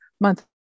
month